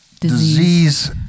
disease